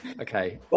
Okay